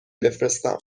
بفرستم